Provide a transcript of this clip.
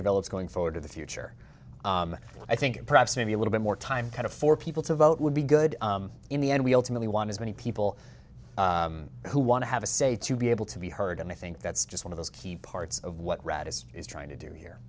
develops going forward in the future i think perhaps maybe a little bit more time kind of for people to vote would be good in the end we ultimately want as many people who want to have a say to be able to be heard and i think that's just one of those key parts of what rad is trying to do here